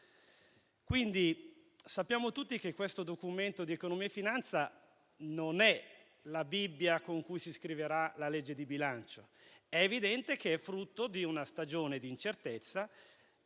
Sappiamo tutti che il Documento di economia e finanza non è la Bibbia con cui si scriverà la legge di bilancio. È evidentemente frutto di una stagione di incertezza;